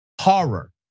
Horror